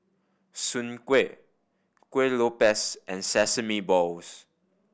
Soon Kueh Kuih Lopes and sesame balls